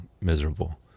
miserable